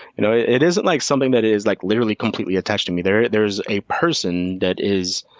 you know it isn't like something that is like literally completely attached to me. there's there's a person that is